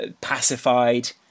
pacified